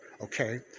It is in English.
Okay